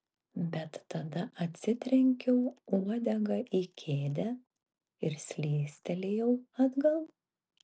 bet tada atsitrenkiau uodega į kėdę ir slystelėjau atgal